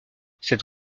cette